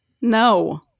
no